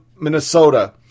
Minnesota